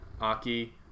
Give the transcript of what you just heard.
Aki